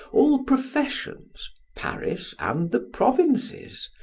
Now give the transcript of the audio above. all professions, paris and the provinces,